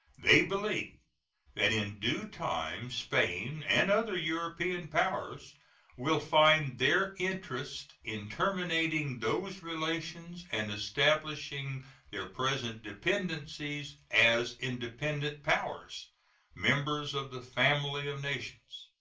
they believe that in due time spain and other european powers will find their interest in terminating those relations and establishing their present dependencies as independent powers members of the family of nations.